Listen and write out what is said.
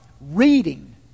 reading